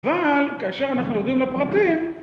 אבל כאשר אנחנו עוברים לפרטים